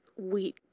wheat